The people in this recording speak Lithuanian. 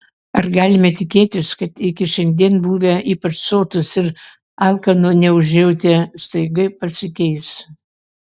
ar galime tikėtis kad iki šiandien buvę ypač sotūs ir alkano neužjautę staiga pasikeis